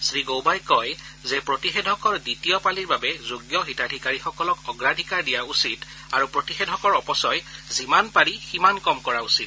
শ্ৰীগৌবাই কয় যে প্ৰতিষেধকৰ দ্বিতীয় পালিৰ বাবে যোগ্য হিতাধীকাৰিসকলক অগ্ৰাধিকাৰ দিয়া উচিত আৰু প্ৰতিষেধকৰ অপচয় যিমান পাৰি সিমান কম কৰা উচিত